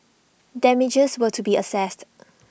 damages were to be assessed